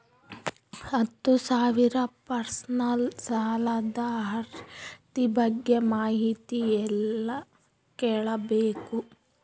ಹತ್ತು ಸಾವಿರ ಪರ್ಸನಲ್ ಸಾಲದ ಅರ್ಹತಿ ಬಗ್ಗೆ ಮಾಹಿತಿ ಎಲ್ಲ ಕೇಳಬೇಕು?